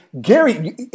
Gary